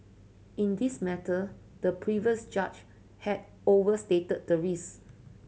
in this matter the previous judge had overstated the risk